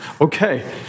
okay